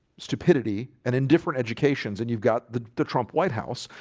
stupidity and indifferent education and you've got the the trump white house.